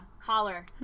holler